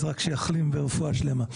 אז רק שיחלים ורפואה שלמה.